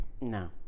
no